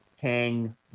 Kang